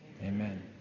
Amen